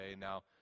Now